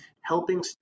helping